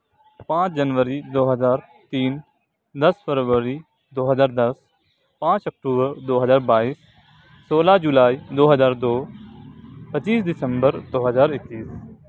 پانچ جنوری دو ہزار تین دس فروری دو ہزار دس پانچ اکٹوبر دو ہزار بائیس سولہ جولائی دو ہزار دو پچیس دسمبر دو ہزار اکیس